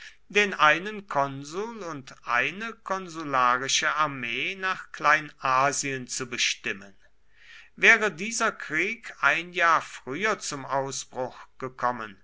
den einen konsul und eine konsularische armee nach kleinasien zu bestimmen wäre dieser krieg ein jahr früher zum ausbruch gekommen